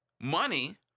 Money